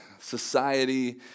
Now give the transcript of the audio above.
Society